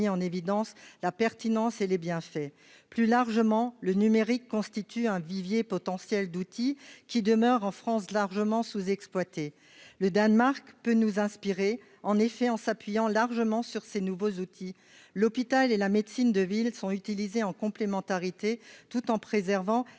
en évidence la pertinence et les bien fait plus largement le numérique constitue un vivier potentiel d'outils qui demeure en France largement sous-exploité le Danemark peut nous inspirer, en effet, en s'appuyant largement sur ces nouveaux outils, l'hôpital et la médecine de ville sont utilisés en complémentarité, tout en préservant